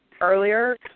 earlier